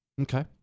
Okay